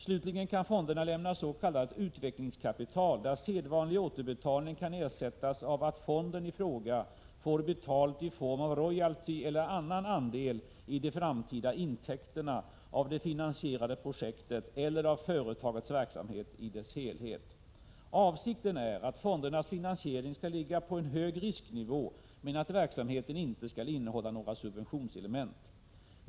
Slutligen kan fonderna lämna s.k. utvecklingskapital, där sedvanlig återbetalning kan ersättas med att fonden i fråga får betalt i form av royalty eller annan andel i de framtida intäkterna av det finansierade projektet eller av företagets verksamhet i dess helhet. Avsikten är att fondernas finansiering skall ligga på en hög risknivå men att verksamheten inte skall innehålla några subventionselement.